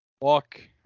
walk